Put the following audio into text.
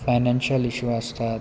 financial issue आसतात